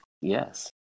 Yes